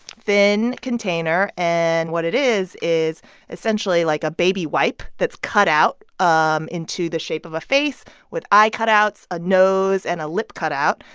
thin container. and what it is is essentially, like, a baby wipe that's cut out um into the shape of a face with eye cutouts, a nose and a lip cutout.